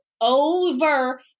over